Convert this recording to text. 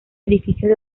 edificios